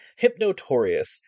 Hypnotorious